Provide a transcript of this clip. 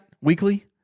weekly